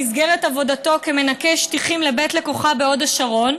הגיע במסגרת עבודתו כמנקה שטיחים לבית לקוחה בהוד השרון.